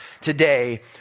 today